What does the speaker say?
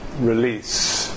release